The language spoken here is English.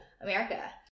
America